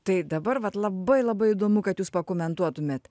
tai dabar vat labai labai įdomu kad jūs pakomentuotumėt